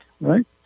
right